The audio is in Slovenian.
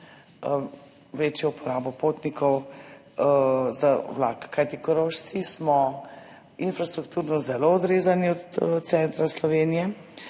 večjo uporabo vlakov, kajti Korošci smo infrastrukturno zelo odrezani od centra Slovenije.